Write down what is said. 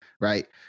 right